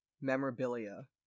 memorabilia